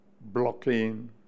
blocking